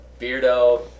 Beardo